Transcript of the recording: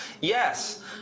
Yes